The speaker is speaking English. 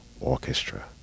Orchestra